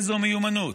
איזו מיומנות.